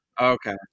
Okay